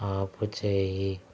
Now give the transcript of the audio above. ఆపుచేయి